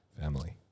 Family